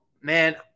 man